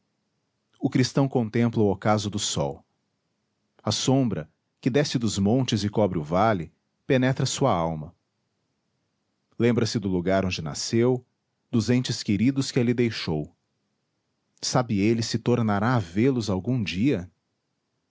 o cristão contempla o ocaso do sol a sombra que desce dos montes e cobre o vale penetra sua alma lembrase do lugar onde nasceu dos entes queridos que ali deixou sabe ele se tornará a vê-los algum dia